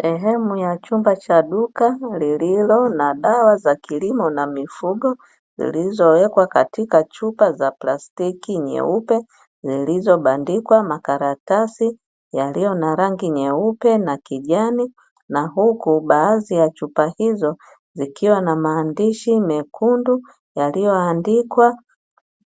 Sehemu ya chumba cha duka lililo na dawa za kilimo na mifugo zilizowekwa katika chupa za plastiki nyeupe. Zilizobandikwa makaratasi yalio na rangi nyeupe na kijani, na huku baadhi ya chupa hizo zikiwa na maandishi mekundu yaliyoandikwa